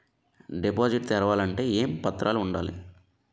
Deposit తెరవాలి అంటే ఏమేం పత్రాలు ఉండాలి?